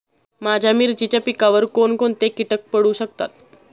माझ्या मिरचीच्या पिकावर कोण कोणते कीटक पडू शकतात?